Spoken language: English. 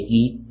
eat